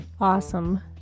awesome